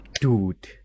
dude